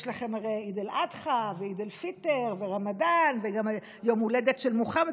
יש לכם הרי עיד אל-אדחא ועיד אל-פיטר ורמדאן ויום הולדת של מוחמד.